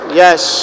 yes